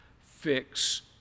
fix